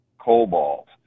cobalt